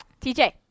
TJ